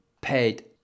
paid